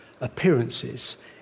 appearances